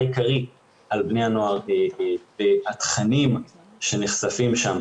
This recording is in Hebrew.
עיקרי על בני הנוער והתכנים שנחשפים שם,